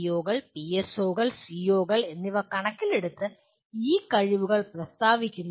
പിഒകൾ പിഎസ്ഒകൾ സിഒകൾ എന്നിവ കണക്കിലെടുത്താണ് ഈ കഴിവുകൾ പ്രസ്താവിക്കുന്നത്